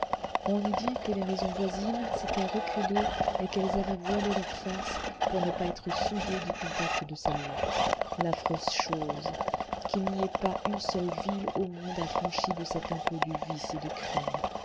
on eût dit que les maisons voisines s'étaient reculées et qu'elles avaient voilé leur face pour ne pas être souillées du contact de celle-là l'affreuse chose qu'il n'y ait pas une seule ville au monde affranchie de cet impôt du vice et du crime